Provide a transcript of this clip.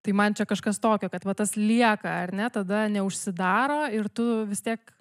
tai man čia kažkas tokio kad va tas lieka ar ne tada neužsidaro ir tu vis tiek